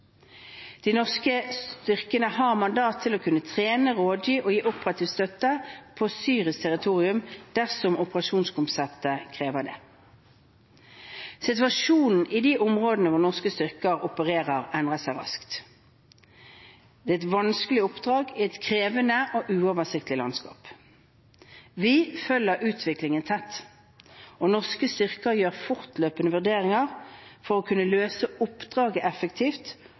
De norske styrkene har mandat til å kunne trene, rådgi og gi operativ støtte på syrisk territorium dersom operasjonskonseptet krever det. Situasjonen i de områdene hvor norske styrker opererer, endrer seg raskt. Dette er et vanskelig oppdrag i et krevende og uoversiktlig landskap. Vi følger utviklingen tett, og norske styrker gjør fortløpende vurderinger for å kunne løse oppdraget effektivt